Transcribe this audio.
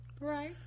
right